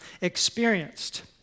experienced